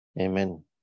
Amen